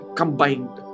combined